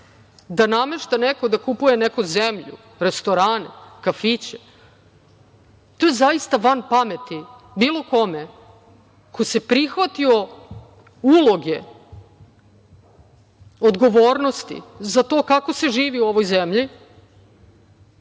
Da namešta neko da kupuje neku zemlju, restorane, kafiće? To je zaista van pameti, bilo kome ko se prihvatio uloge odgovornosti za to kako se živi u ovoj zemlji,